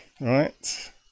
right